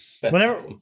Whenever